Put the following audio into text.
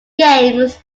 games